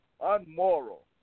unmoral